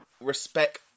respect